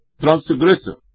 transgressor